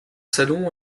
salons